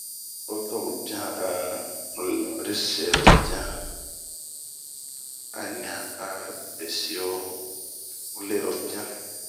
ɔktɔbere pian alɔ'ɔri sero pian, aɲan a besio lero pian.